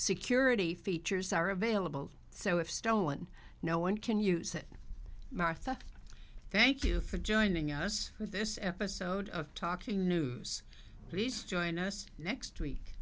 security features are available so if stolen no one can use it martha thank you for joining us for this episode of talking news please join us next week